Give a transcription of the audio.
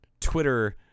Twitter